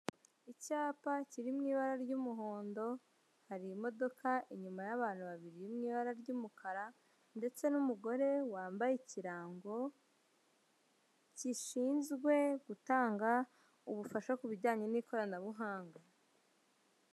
Icyapa kiri mu ibara ry'umuhondo, hari imodoka inyuma y'abantu babiri iri mu ibara ry'umukara ndetse n'umugore wambaye ikirango gishinzwe gutanga ubufasha ku bijyanye n'ikoranabuhanga.